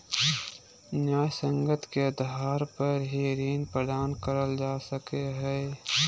न्यायसंगत के आधार पर ही ऋण प्रदान करल जा हय